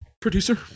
Producer